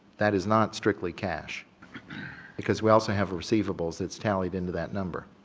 that is not strictly cash because we also have receivables that's tallied into that number.